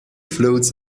floats